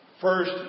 first